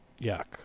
Yuck